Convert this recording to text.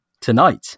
tonight